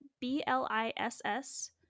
B-L-I-S-S